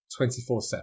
24-7